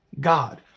God